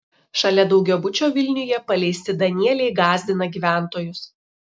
šalia daugiabučio vilniuje paleisti danieliai gąsdina gyventojus